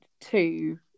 two